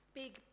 big